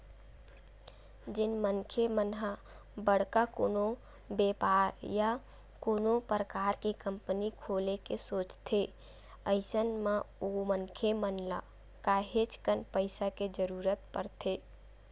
जेन मनखे मन ह बड़का कोनो बेपार या कोनो परकार के कंपनी खोले के सोचथे अइसन म ओ मनखे मन ल काहेच कन पइसा के जरुरत परथे